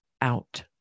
out